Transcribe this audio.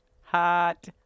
hot